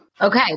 Okay